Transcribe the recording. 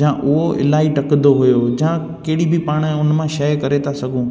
जा उहो इलाही टहिकंदो हुयो जा केॾी बि पाण उन मां शइ करे था सघऊं